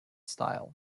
style